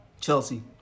Chelsea